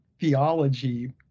theology